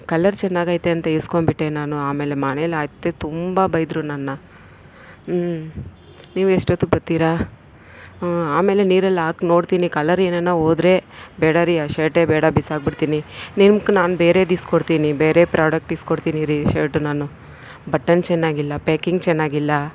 colour ಚೆನ್ನಾಗೈತೆ ಅಂತ ಇಸ್ಕೊಂಡ್ಬಿಟ್ಟೆ ನಾನು ಆಮೇಲೆ ಮನೆಲ್ಲಿ ಅತ್ತೆ ತುಂಬ ಬೈದ್ರು ನನ್ನ ಹ್ಞೂ ನೀವು ಎಷ್ಟೊತ್ತಿಗೆ ಬರ್ತೀರಾ ಹ್ಞೂ ಆಮೇಲೆ ನೀರಲ್ಲಿ ಹಾಕಿ ನೋಡ್ತೀನಿ ಕಲರ್ ಏನಾನ ಹೋದ್ರೆ ಬೇಡ ರೀ ಆ ಶರ್ಟೆ ಬೇಡ ಬಿಸಾಕಿಬಿಡ್ತೀನಿ ನಿಮ್ಗೆ ನಾನು ಬೇರೆದು ಇಸ್ಕೊಡ್ತೀನಿ ಬೇರೆ ಪ್ರಾಡಕ್ಟ್ ಇಸ್ಕೊಡ್ತೀನಿ ರೀ ಶರ್ಟು ನಾನು ಬಟನ್ ಚೆನ್ನಾಗಿಲ್ಲ ಪ್ಯಾಕಿಂಗ್ ಚೆನ್ನಾಗಿಲ್ಲ